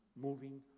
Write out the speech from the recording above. moving